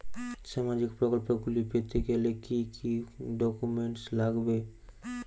সামাজিক প্রকল্পগুলি পেতে গেলে কি কি ডকুমেন্টস লাগবে?